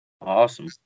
Awesome